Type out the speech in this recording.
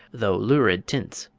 though lurid tints,